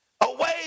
away